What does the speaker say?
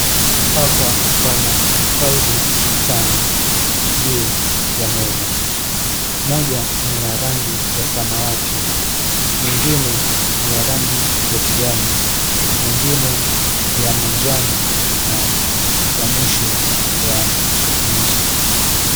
Hapa pana faili tano, juu ya meza. Moja ni ya rangi ya samawati, lingine ni ya rangi ya kijani, nyingine ya manjano na ya mwisho ya nyeusi.